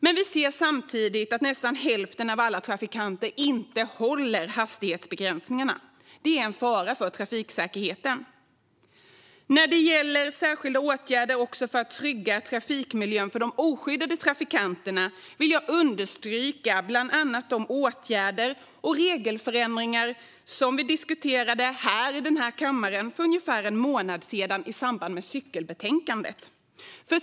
Men vi ser samtidigt att nästan hälften av alla trafikanter inte håller hastighetsbegränsningarna. Det är en fara för trafiksäkerheten. När det gäller särskilda åtgärder för att trygga trafikmiljön för de oskyddade trafikanterna vill jag bland annat understryka de åtgärder och regelförändringar som vi diskuterade här i kammaren för ungefär en månad sedan i samband med cykelbetänkandet.